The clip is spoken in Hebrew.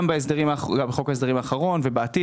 גם בחוק ההסדרים האחרון ובעתיד,